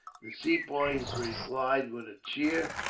the sepoys replied with a cheer,